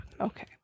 Okay